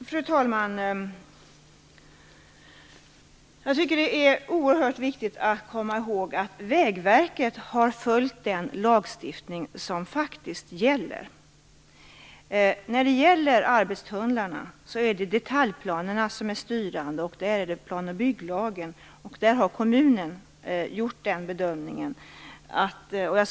Fru talman! Det är oerhört viktigt att komma ihåg att Vägverket har följt den lagstiftning som faktiskt gäller. När det gäller arbetstunnlarna är detaljplanerna styrande. Då handlar det om plan och bygglagen, och kommunen har gjort den här bedömningen.